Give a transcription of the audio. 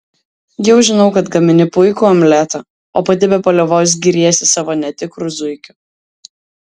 jau žinau kad gamini puikų omletą o pati be paliovos giriesi savo netikru zuikiu